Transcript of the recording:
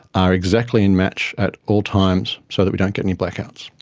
are exactly in match at all times so that we don't get any blackouts.